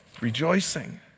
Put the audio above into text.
rejoicing